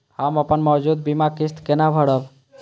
हम अपन मौजूद बीमा किस्त केना भरब?